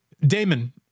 Damon